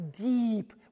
deep